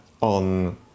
on